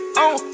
on